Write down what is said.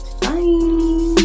Bye